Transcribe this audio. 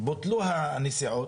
בוטלו הנסיעות,